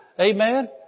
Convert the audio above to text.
Amen